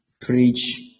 preach